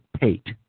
Pate